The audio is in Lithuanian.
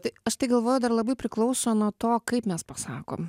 tai aš tai galvoju dar labai priklauso nuo to kaip mes pasakom